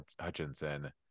Hutchinson